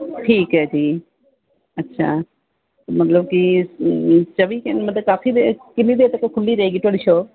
ਠੀਕ ਹੈ ਜੀ ਅੱਛਾ ਮਤਲਬ ਕਿ ਚੌਵੀ ਘੰ ਮਤਲਬ ਕਾਫੀ ਕਿੰਨੀ ਦੇਰ ਤੱਕ ਖੁੱਲ੍ਹੀ ਰਹੇਗੀ ਤੁਹਾਡੀ ਸ਼ੋਪ